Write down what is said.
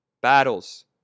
Battles